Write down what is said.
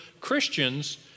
Christians